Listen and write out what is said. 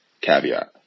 caveat